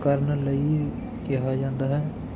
ਕਰਨ ਲਈ ਕਿਹਾ ਜਾਂਦਾ ਹੈ